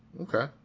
Okay